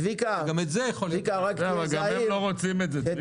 צביקה, גם הם לא רוצים את זה.